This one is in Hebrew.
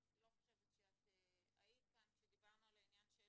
אני לא חושבת שאת היית כאן כשדיברנו על העניין של